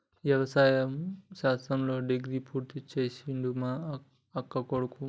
వ్యవసాయ శాస్త్రంలో డిగ్రీ పూర్తి చేసిండు మా అక్కకొడుకు